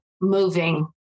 moving